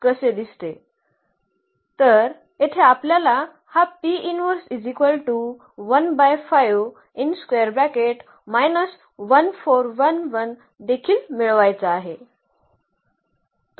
तर येथे आपल्याला हा देखील मिळवायचा आहे तो इन्व्हर्स आहे